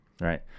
right